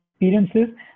experiences